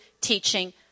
teaching